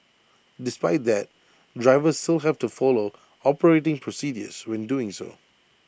despite that drivers still have to follow operating procedures when doing so